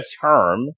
term